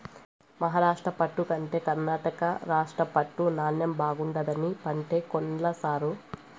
మహారాష్ట్ర పట్టు కంటే కర్ణాటక రాష్ట్ర పట్టు నాణ్ణెం బాగుండాదని పంటే కొన్ల సారూ